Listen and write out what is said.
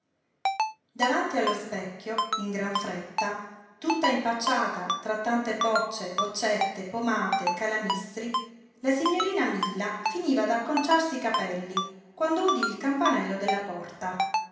davanti allo specchio in gran fretta tutta impacciata tra tante bocce boccette pomate calamistri la signorina milla finiva d'acconciarsi i capelli quando udí il campanello della porta